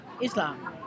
islam